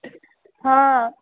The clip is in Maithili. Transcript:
हँ